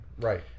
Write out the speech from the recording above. Right